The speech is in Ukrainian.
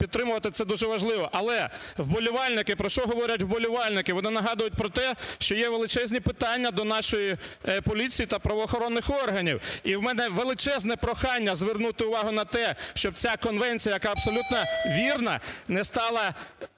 підтримувати, це дуже важливо. Але вболівальники, про що говорять вболівальники? Вони нагадують про те, що є величезні питання до нашої поліції та правоохоронних органів. І в мене величезне прохання звернути увагу на те, щоб ця конвенція, яка абсолютно вірна, не стала